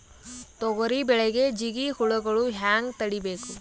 ತೊಗರಿ ಬೆಳೆಗೆ ಜಿಗಿ ಹುಳುಗಳು ಹ್ಯಾಂಗ್ ತಡೀಬೇಕು?